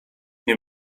nie